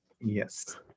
yes